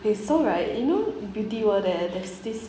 okay so right you know beauty world there there's this